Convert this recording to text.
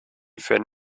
führen